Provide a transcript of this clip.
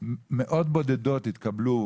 ורק מאות בודדות התקבלו,